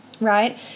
right